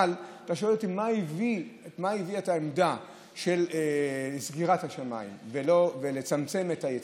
אבל אתה שואל אותי מה הביא את העמדה של סגירת השמיים וצמצום היציאה.